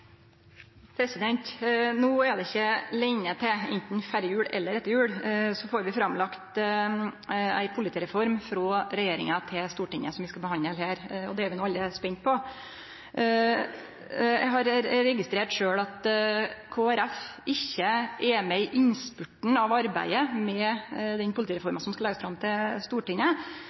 biten. No er det ikkje lenge før vi – anten før jul eller etter jul – får lagt fram ei politireform frå regjeringa som vi skal behandle her i Stortinget. Det er vi alle spente på. Eg registrerte at Kristeleg Folkeparti ikkje er med i innspurten av arbeidet med denne politireforma som skal leggjast fram for Stortinget.